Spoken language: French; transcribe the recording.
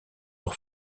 pour